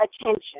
attention